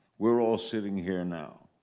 we're all sitting here now.